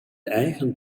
eigen